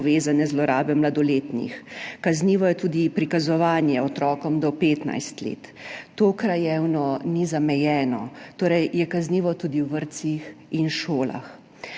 povezane zlorabe mladoletnih. Kaznivo je tudi prikazovanje otrokom do 15 let. To krajevno ni zamejeno, torej je kaznivo tudi v vrtcih in šolah.